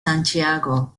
santiago